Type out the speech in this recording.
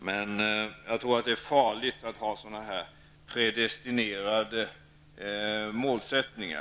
Men jag tror att det är farligt att ha sådana predestinerade målsättningar.